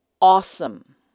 awesome